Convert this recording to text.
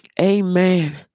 Amen